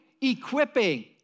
Equipping